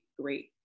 great